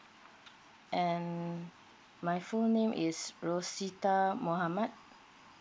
and my full name is rosita mohammad